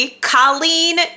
Colleen